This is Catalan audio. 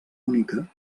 única